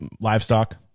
livestock